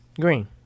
Green